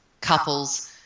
couples